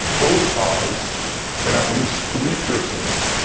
both eyes, and at least three piercings,